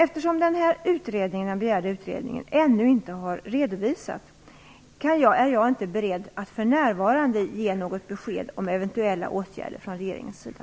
Eftersom den begärda utredningen ännu inte har redovisats är jag inte beredd att för närvarande ge något besked om eventuella åtgärder från regeringens sida.